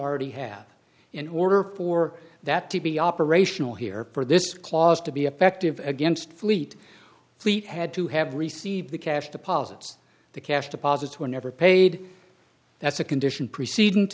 already have in order for that to be operational here for this clause to be effective against fleet fleet had to have received the cash deposits the cash deposits were never paid that's a condition preceding